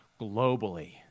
globally